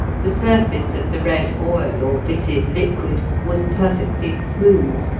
the surface of the red oil or viscid liquid was perfectly smooth,